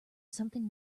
something